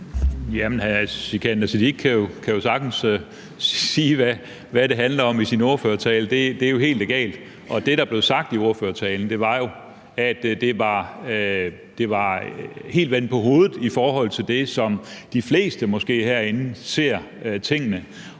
Jamen hr. Sikandar Siddique kan jo sagtens sige i sin ordførertale, hvad det handler om. Det er helt legalt, og det, der blev sagt i ordførertalen, var jo helt vendt på hovedet i forhold til den måde, som måske de fleste herinde ser tingene